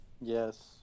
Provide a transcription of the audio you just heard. Yes